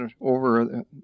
over